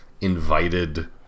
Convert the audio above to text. invited